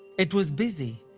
it was busy.